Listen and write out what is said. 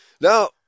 Now